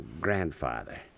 grandfather